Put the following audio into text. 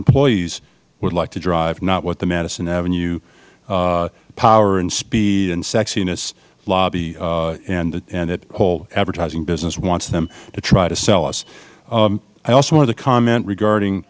employees would like to drive not what the madison avenue power and speed and sexiness lobby and the whole advertising business wants them to try to sell us i also wanted to comment regarding